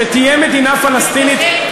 שתהיה מדינה פלסטינית.